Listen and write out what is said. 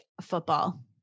football